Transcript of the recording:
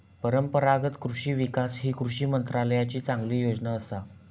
परंपरागत कृषि विकास ही कृषी मंत्रालयाची चांगली योजना असा